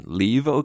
leave